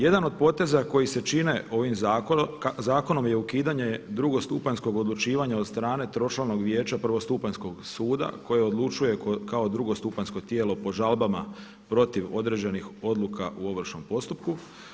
Jedan od poteza koji se čine ovim zakonom je ukidanje drugostupanjskog odlučivanja od strane tročlanog vijeća prvostupanjskog suda koje odlučuje kao drugostupanjsko tijelo po žalbama protiv određenih odluka u Ovršnom postupku.